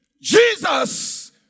Jesus